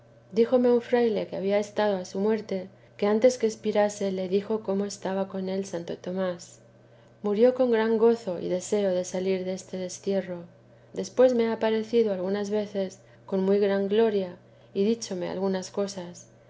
díjome un fraile que había estado a su muerte que antes que expirase le dijo cómo estaba con él santo tomás murió con gran gozo y deseo de salir deste destierro después me ha aparecido algunas veces con muy gran gloria y díchome algunas cosas